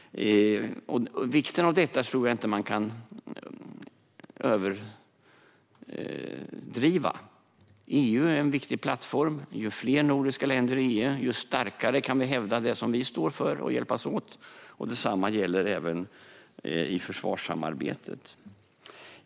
Vikten av detta kan man inte överdriva. EU är en viktig plattform. Ju fler nordiska länder i EU, desto starkare kan vi hävda det vi står för och hjälpas åt. Detsamma gäller även i försvarssamarbetet.